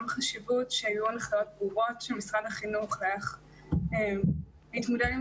החשיבות להנחיות ברורות של משרד החינוך איך להתמודד עם